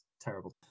Terrible